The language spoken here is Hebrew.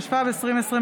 (תיקון), התשפ"ב 2022,